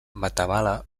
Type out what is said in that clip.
matamala